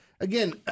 again